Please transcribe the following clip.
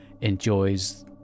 enjoys